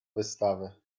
wystawy